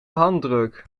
handdruk